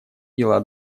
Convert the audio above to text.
дела